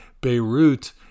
beirut